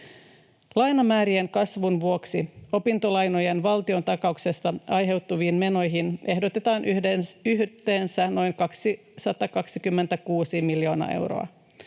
Lainamäärien kasvun vuoksi opintolainojen valtiontakauksesta aiheutuviin menoihin ehdotetaan yhteensä noin 226 miljoonaa euroa.